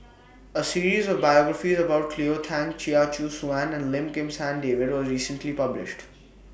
A series of biographies about Cleo Thang Chia Choo Suan and Lim Kim San David was recently published